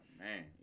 man